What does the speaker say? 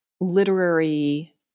literary